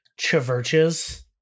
Chiverches